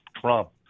Trump